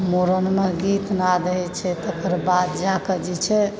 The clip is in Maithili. मुड़नमे गीतनाद होइ छै तकर बाद जाकऽ जे छै